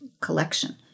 collection